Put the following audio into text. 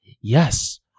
yes